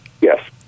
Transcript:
Yes